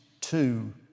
two